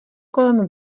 kolem